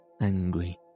angry